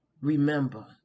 remember